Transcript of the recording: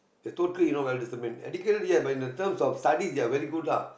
they totally not well disciplined educated ya but in the terms that studies they're very good lah